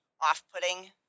off-putting